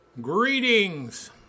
Greetings